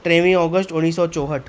टेवीह ऑगस्ट उणिवीह सौ चौहठि